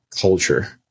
culture